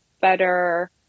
better